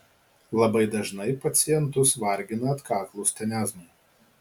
labai dažnai pacientus vargina atkaklūs tenezmai